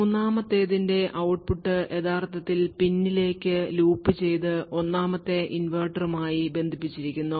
മൂന്നാമത്തേതിന്റെ output യഥാർത്ഥത്തിൽ പിന്നിലേക്ക് ലൂപ്പുചെയ്ത് ഒന്നാമത്തെ ഇൻവെർട്ടറുമായി ബന്ധിപ്പിച്ചിരിക്കുന്നു